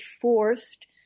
forced